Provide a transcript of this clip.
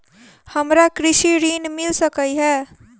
हमरा कृषि ऋण मिल सकै है?